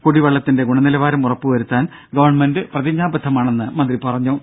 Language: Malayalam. കുടിവെള്ളത്തിന്റെ ഗുണനിലവാരം ഉറപ്പുവരുത്താൻ ഗവൺമെന്റ് പ്രതിജ്ഞാബദ്ധമാണെന്ന് അദ്ദേഹം പറഞ്ഞു